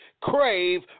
Crave